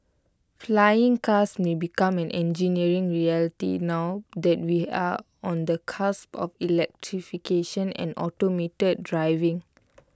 flying cars may becoming an engineering reality now that we are on the cusp of electrification and automated driving